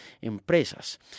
empresas